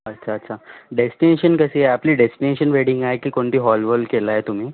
अच्छा अच्छा डेस्टीनेशन कशी आहे आपली डेस्टीनेशन वेडिंग आहे की कोणती हॉल वॉल केला आहे तुम्ही